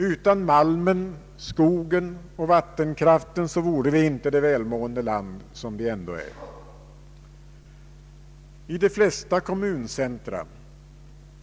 Utan malmen, skogen och vattenkraften vore vi inte det välmående land som vi ändå är. I de flesta kommuncentra